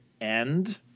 end